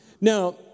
Now